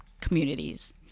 Communities